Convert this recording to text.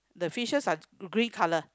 the fishes are green colour